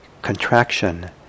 contraction